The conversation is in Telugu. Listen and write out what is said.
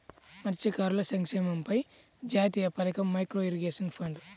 మత్స్యకారుల సంక్షేమంపై జాతీయ పథకం, మైక్రో ఇరిగేషన్ ఫండ్